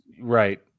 Right